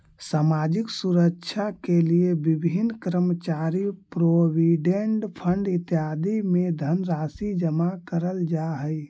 सामाजिक सुरक्षा के लिए विभिन्न कर्मचारी प्रोविडेंट फंड इत्यादि में धनराशि जमा करल जा हई